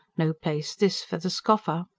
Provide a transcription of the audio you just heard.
no place this for the scoffer.